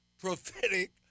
prophetic